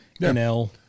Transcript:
NL